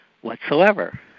whatsoever